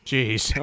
Jeez